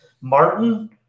Martin